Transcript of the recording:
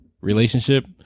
relationship